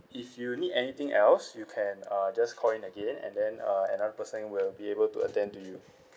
if you need anything else you can uh just call in again and then uh another person will be able to attend to you